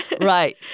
Right